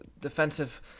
defensive